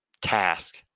task